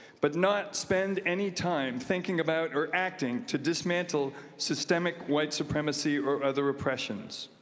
but not spend any time thinking about or acting to dismantle systemic white supremacy or other oppressions.